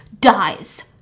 dies